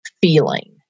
feeling